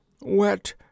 Wet